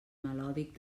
melòdic